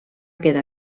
quedar